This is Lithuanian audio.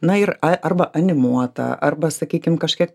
na ir a arba animuota arba sakykim kažkiek